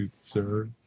sir